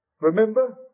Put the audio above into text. Remember